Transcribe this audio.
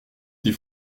des